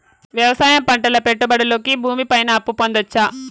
వ్యవసాయం పంటల పెట్టుబడులు కి భూమి పైన అప్పు పొందొచ్చా?